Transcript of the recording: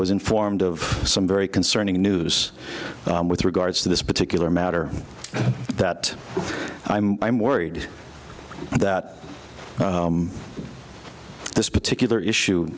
was informed of some very concerning news with regards to this particular matter that i'm worried that this particular issue